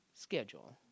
schedule